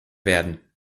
werden